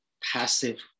passive